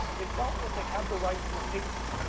they felt that they had the right to hate me,